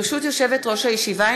ברשות יושבת-ראש הישיבה,